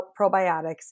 probiotics